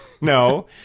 No